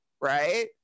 right